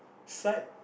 side